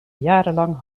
jarenlang